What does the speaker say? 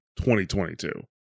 2022